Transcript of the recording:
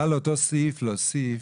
את יכולה לאותו סעיף להוסיף,